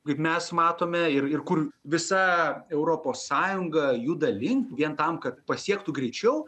kaip mes matome ir ir kur visa europos sąjunga juda link vien tam kad pasiektų greičiau